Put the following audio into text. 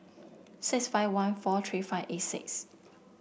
six five one four three five eight six